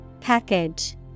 Package